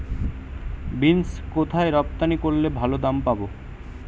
Beans কোথায় রপ্তানি করলে ভালো দাম পাব?